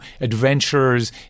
adventurers